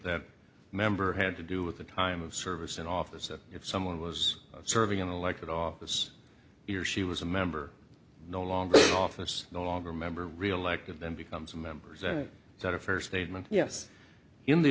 that member had to do with the time of service in office that if someone was serving in elected office he or she was a member no longer office no longer a member reelected then becomes a member that a fair statement yes in the